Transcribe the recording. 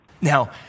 Now